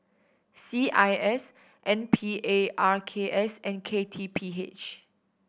C I S N Parks and K T P H